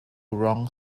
wrong